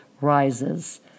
rises